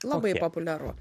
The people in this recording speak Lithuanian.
labai populiaru